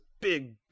big